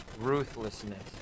ruthlessness